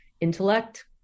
intellect